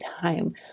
time